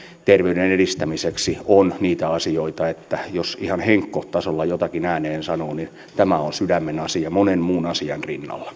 terveyden edistämiseksi on niitä asioita että jos ihan henk koht tasolla jotakin ääneen sanoo niin tämä on sydämen asia monen muun asian rinnalla